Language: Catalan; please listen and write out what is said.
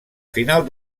final